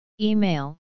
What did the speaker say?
Email